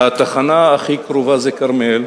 והתחנה הכי קרובה זה "כרמל".